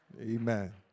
Amen